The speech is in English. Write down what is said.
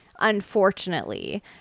Unfortunately